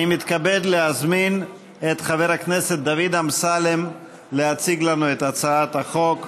אני מתכבד להזמין את חבר הכנסת דוד אמסלם להציג לנו את הצעת החוק.